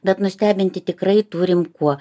bet nustebinti tikrai turim kuo